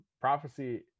prophecy